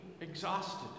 exhausted